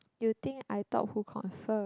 you think I thought who confirm